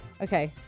Okay